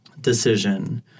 decision